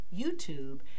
YouTube